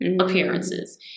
appearances